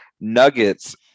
Nuggets